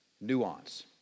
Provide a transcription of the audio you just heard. Nuance